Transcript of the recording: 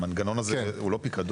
המנגנון הזה הוא לא פיקדון.